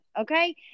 okay